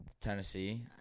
tennessee